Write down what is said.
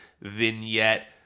vignette